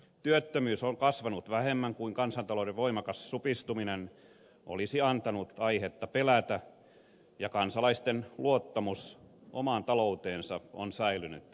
työttömyys on kasvanut vähemmän kuin kansantalouden voimakas supistuminen olisi antanut aihetta pelätä ja kansalaisten luottamus omaan talouteensa on säilynyt vahvana